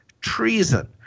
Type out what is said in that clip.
treason